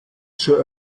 zur